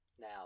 Now